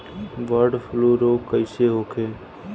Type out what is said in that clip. Bird flu रोग कईसे होखे?